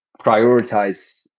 prioritize